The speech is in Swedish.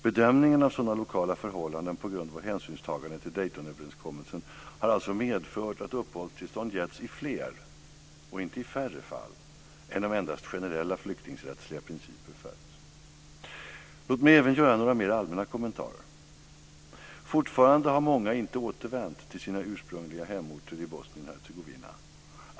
Bedömningarna av sådana lokala förhållanden på grund av hänsynstagandet till Daytonöverenskommelsen har alltså medfört att uppehållstillstånd getts i fler och inte i färre fall än om endast generella flyktingrättsliga principer följts. Låt mig även göra några mer allmänna kommentarer. Fortfarande har många inte återvänt till sina ursprungliga hemorter i Bosnien-Hercegovina.